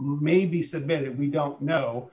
may be submitted we don't know